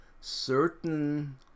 Certain